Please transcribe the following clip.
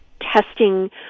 testing